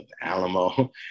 Alamo